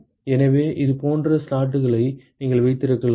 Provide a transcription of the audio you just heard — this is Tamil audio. எனவே இது போன்ற ஸ்லாட்டுகளை நீங்கள் வைத்திருக்கலாம்